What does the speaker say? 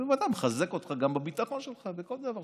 זה בוודאי מחזק אותך גם בביטחון שלך, בכל דבר.